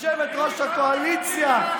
יושבת-ראש הקואליציה,